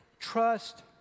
trust